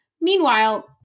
Meanwhile